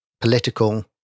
political